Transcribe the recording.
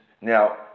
Now